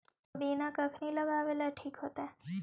पुदिना कखिनी लगावेला ठिक होतइ?